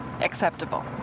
acceptable